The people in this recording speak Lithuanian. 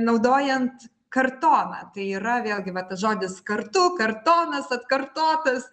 naudojant kartoną tai yra vėlgi va ta žodis kartu kartonas atkartotas